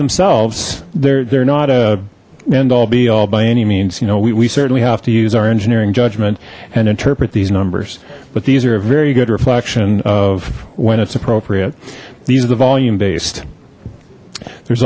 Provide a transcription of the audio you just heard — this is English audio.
themselves they're they're not a end all be all by any means you know we certainly have to use our engineering judgment and interpret these numbers but these are a very good reflection of when it's appropriate these are the volume based there's